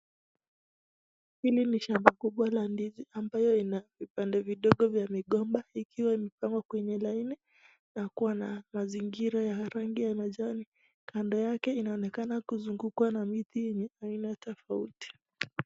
Hili ni shamba kubwa la ndizi ambayo ina vipande vidogo vya migomba ikiwa imepangwa kwenye laini na kuwa na mazingira ya rangi ya majani, kando yake inaonekana kuzungukwa na miti yenye aina tofauti.